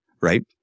right